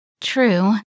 True